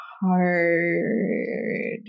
hard